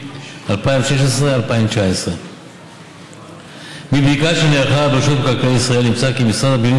2016 עד 2019. מבדיקה שנערכה ברשות מקרקעי ישראל נמצא כי משרד הבינוי